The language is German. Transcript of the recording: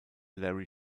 larry